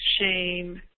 shame